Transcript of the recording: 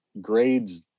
grades